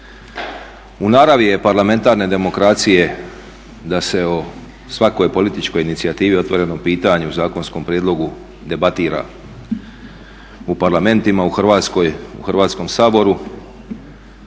u naravi je parlamentarne demokracije da se o svakoj političkoj inicijativi, otvorenom pitanju o zakonskom prijedlogu debatira u Parlamentima, u Hrvatskom saboru.